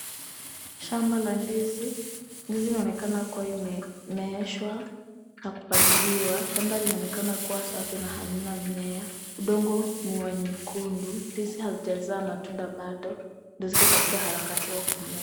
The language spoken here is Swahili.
Shamba la ndizi, ndizi inaonekana kuwa imemeeshwa na kupaliliwa. Shamba linaonekana kuwa safi na halina mimea. Udongo ni wa nyekundu. Ndizi hazijazaa matunda bado, ndio ziko katika harakati wa kumea.